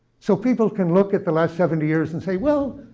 so people can look at the last seventy years and say, well,